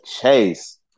chase